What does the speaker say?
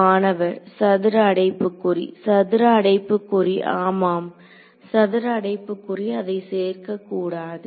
மாணவர் சதுர அடைப்புக்குறி சதுர அடைப்புக்குறி ஆமாம் சதுர அடைப்புக்குறி அதை சேர்க்கக் கூடாது